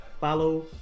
follow